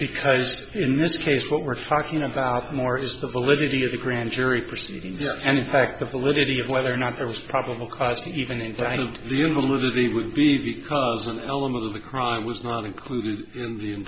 because in this case what we're talking about more is the validity of the grand jury proceedings and in fact the validity of whether or not there was probable cause to even entitled the invalidity would be because an element of the crime was not included in the